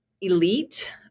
elite